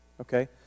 okay